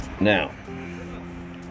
now